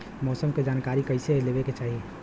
मौसम के जानकारी कईसे लेवे के चाही?